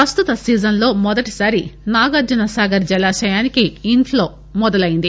ప్రస్తుత సీజన్లో మొదటిసారి నాగార్వనసాగర్ జలాశయానికి ఇన్ఫ్లోస్ మొదలైంది